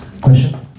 Question